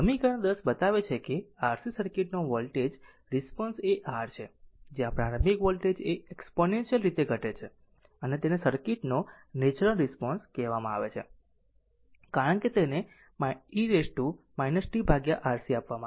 સમીકરણ 10 બતાવે છે કે RC સર્કિટ નો વોલ્ટેજ રિસ્પોન્સ એ R છે જ્યાં પ્રારંભિક વોલ્ટેજ એ એક્ષ્પોનેન્શિયલ રીતે ઘટે છે અને તેને સર્કિટ નો નેચરલ રિસ્પોન્સ કહેવામાં આવે છે કારણ કે તેને e tRC આપવામાં આવે છે